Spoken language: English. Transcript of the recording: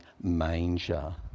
manger